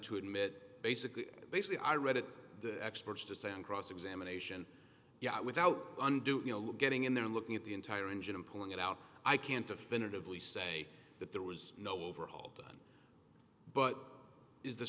to admit basically basically i read it the experts to stand cross examination yeah without undue you know getting in there looking at the entire engine and pulling it out i can't affinity of lee say that there was no overhauled but is the